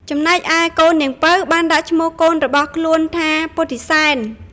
ចំណែកឯកូនាងពៅបានដាក់ឈ្មោះកូនរបស់ខ្លួនថាពុទ្ធិសែន។